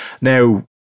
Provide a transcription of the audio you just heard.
Now